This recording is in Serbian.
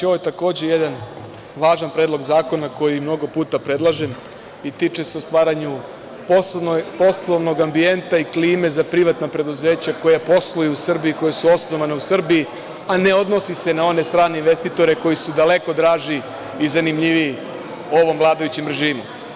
Ovo je takođe jedan važan predlog zakona koji mnogo puta predlažem i tiče se stvaranja poslovnog ambijenta i klime za privatna preduzeća koja posluju u Srbiji, koja su osnovana u Srbiji, a ne odnosi se na one strane investitore koji su daleko draži i zanimljiviji ovom vladajućem režimu.